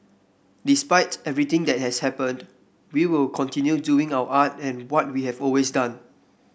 despite everything that has happened we will continue doing our art and what we have always done